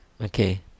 Okay